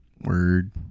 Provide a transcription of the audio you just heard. Word